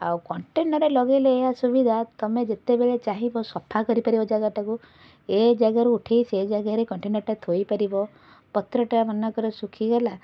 ଆଉ କଣ୍ଟେନର୍ରେ ଲଗାଇଲେ ଏୟା ସୁବିଧା ତୁମେ ଯେତେବେଳେ ଚାହିଁବା ସଫା କରିପାରିବ ଜାଗାଟାକୁ ଏ ଜାଗାରୁ ଉଠାଇ ସେ ଜାଗାରେ କଣ୍ଟେନର୍ଟା ଥୋଇପାରିବ ପତ୍ରଟା ମନେକର ଶୁଖିଗଲା